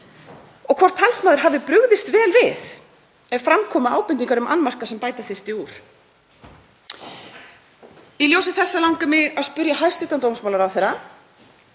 og hvort talsmaður hafi brugðist vel við ef fram komu ábendingar um annmarka sem bæta þyrfti úr.“ Í ljósi þessa langar mig að spyrja hæstv. dómsmálaráðherra